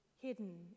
hidden